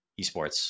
esports